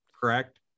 Correct